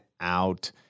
out